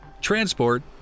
transport